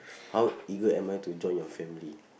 how eager am I to join your family